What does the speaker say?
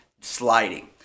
sliding